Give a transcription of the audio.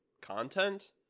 content